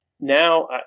now